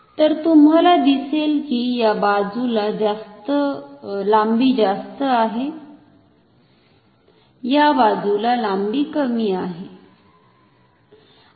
तर तुम्हाला दिसेल कि या बाजुला लांबी जास्त आहे या बाजुला लांबी कमी आहे